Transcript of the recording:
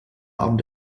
abend